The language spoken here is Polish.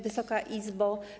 Wysoka Izbo!